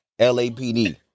LAPD